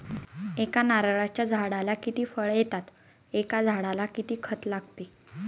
एका नारळाच्या झाडाला किती फळ येतात? एका झाडाला किती खत लागते?